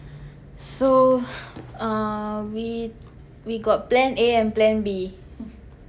so uh we we got plan A and plan B